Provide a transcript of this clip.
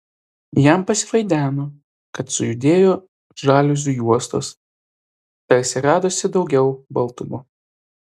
jam pasivaideno kad sujudėjo žaliuzių juostos tarsi radosi daugiau baltumo